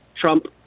Trump